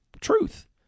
truth